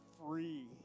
free